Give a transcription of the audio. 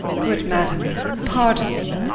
good madam, pardon me.